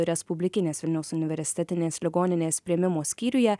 respublikinės vilniaus universitetinės ligoninės priėmimo skyriuje